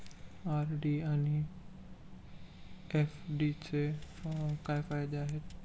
RD आणि एफ.डीचे काय फायदे आहेत?